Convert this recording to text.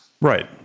Right